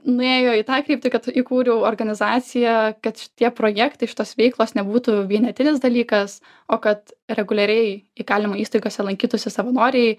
nuėjo į tą kryptį kad įkūriau organizaciją kad šitie projektai šitos veiklos nebūtų vienetinis dalykas o kad reguliariai įkalinimo įstaigose lankytųsi savanoriai